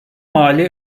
mali